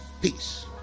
Peace